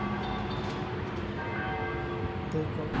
ᱟᱨ ᱫᱳᱭ ᱠᱚ